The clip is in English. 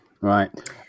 Right